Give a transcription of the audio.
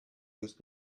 used